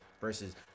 versus